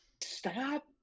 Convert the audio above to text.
stop